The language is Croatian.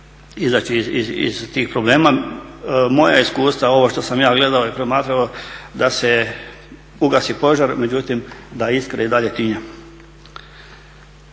izići iz tih problema. Moja iskustva ovo što sam ja gledao i promatrao da se ugasi požar, međutim iskra i dalje tinja.